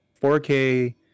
4K